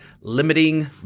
limiting